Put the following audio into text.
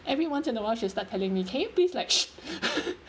every once in awhile she'll start telling me can you please like shh